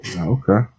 Okay